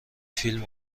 فیلم